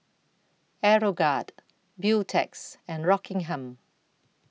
Aeroguard Beautex and Rockingham